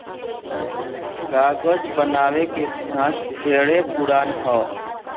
कागज बनावे के इतिहास ढेरे पुरान ह